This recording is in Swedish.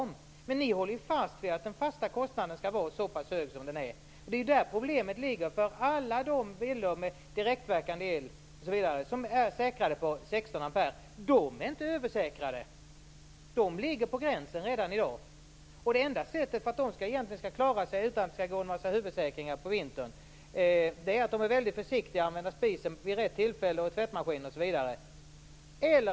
Men ni håller fast vid att den fasta kostnaden skall vara så pass hög som den är. Det är där problemet ligger för alla villor med direktverkande el som är säkrade på 16 ampere. De är inte översäkrade! De ligger på gränsen redan i dag! Det enda sättet för dem att klara sig på vintern utan att det går några huvudsäkringar är att vara försiktiga och använda spisen och tvättmaskinen vid rätt tillfälle.